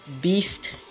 beast